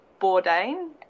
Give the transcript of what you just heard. Bourdain